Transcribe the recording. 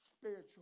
spiritual